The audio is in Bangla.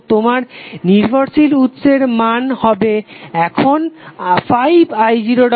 তো তোমার নির্ভরশীল উৎসের মান হবে এখন 5i0